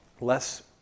less